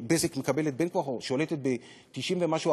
"בזק" מקבלת בין כה וכה,